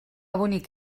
bonic